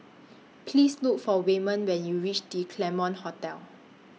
Please Look For Wayman when YOU REACH The Claremont Hotel